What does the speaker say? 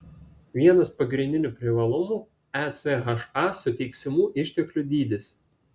vienas pagrindinių privalumų echa suteiksimų išteklių dydis